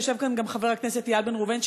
ויושב כאן גם חבר הכנסת איל בן ראובן,